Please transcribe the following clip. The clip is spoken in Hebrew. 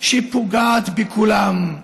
שפוגעת בכולם.